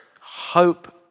hope